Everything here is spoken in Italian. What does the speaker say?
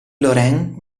laurens